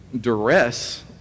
duress